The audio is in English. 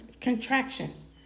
contractions